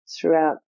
throughout